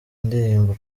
ndirimbo